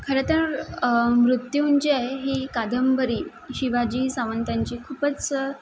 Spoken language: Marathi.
खरं तर मृत्युंजय ही कादंबरी शिवाजी सावंतांची खूपच